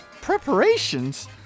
Preparations